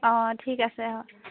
অঁ ঠিক আছে হয়